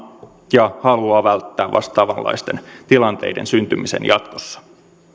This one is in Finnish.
ja haluaa välttää vastaavanlaisten tilanteiden syntymisen jatkossa